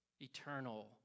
eternal